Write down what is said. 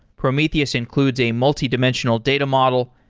prometheus includes a multidimensional data model,